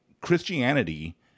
Christianity